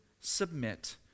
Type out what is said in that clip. submit